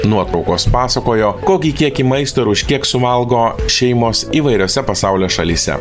nuotraukos pasakojo kokį kiekį maisto ir už kiek suvalgo šeimos įvairiose pasaulio šalyse